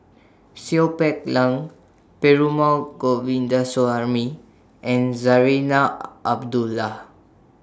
Seow Peck Leng Perumal Govindaswamy and Zarinah Abdullah